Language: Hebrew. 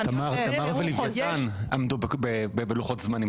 --- תמר ולוויתן עמדו בלוחות זמנים.